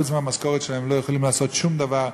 חוץ מהמשכורת שלהם הם לא יכולים לעשות שום דבר,